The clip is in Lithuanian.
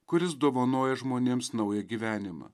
kuris dovanoja žmonėms naują gyvenimą